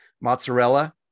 mozzarella